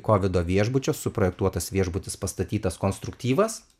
kovido viešbučio suprojektuotas viešbutis pastatytas konstruktyvas